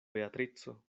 beatrico